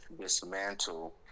dismantle